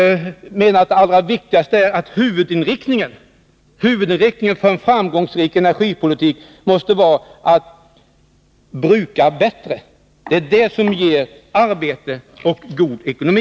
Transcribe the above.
Men det allra viktigaste är att huvudinriktningen för en framgångsrik energipolitik måste vara att bruka bättre. Det är detta som ger arbete och god ekonomi.